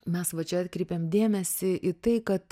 mes va čia atkreipėm dėmesį į tai kad